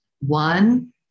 One